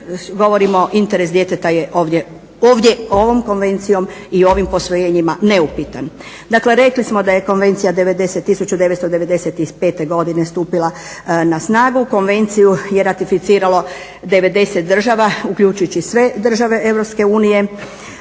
govorimo interes djeteta je ovdje ovom konvencijom i ovim posvojenjima neupitan. Dakle, rekli smo da je Konvencija 1995. godine stupila na snagu. Konvenciju je ratificiralo 90 država uključujući sve države EU.